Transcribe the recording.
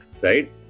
right